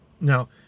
Now